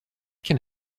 can